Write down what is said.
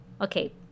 Okay